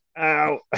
Ow